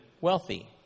wealthy